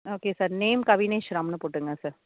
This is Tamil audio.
ஓகே சார் நேம் கவினேஷ் ராம்னு போட்டுக்கங்க சார்